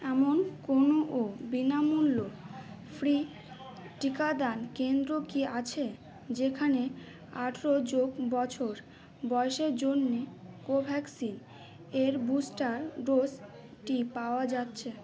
এমন কোনো ও বিনামূল্য ফ্রি টিকাদান কেন্দ্র কি আছে যেখানে আঠেরো যোগ বছর বয়েসের জন্যে কোভ্যাক্সিন এর বুস্টার ডোজটি পাওয়া যাচ্ছে